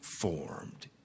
formed